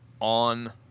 on